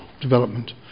development